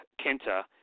Kenta